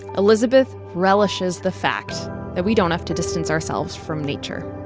elisabeth relishes the fact that we don't have to distance ourselves from nature